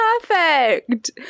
perfect